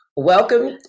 Welcome